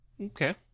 Okay